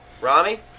Rami